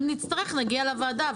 אם נצטרך, נגיע לוועדה.